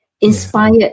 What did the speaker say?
inspired